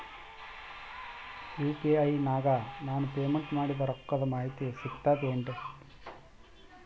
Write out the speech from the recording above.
UPI ನಾಗ ನಾನು payment ಮಾಡಿದ ರೊಕ್ಕದ ಮಾಹಿತಿ ಸಿಕ್ತದೆ ಏನ್ರಿ?